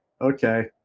okay